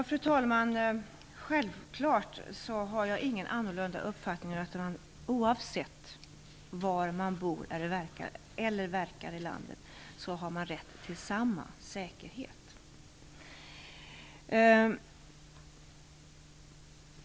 Fru talman! Självklart håller jag med om att man har rätt till samma säkerhet oavsett var man bor i landet.